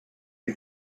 you